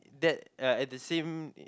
that uh at the same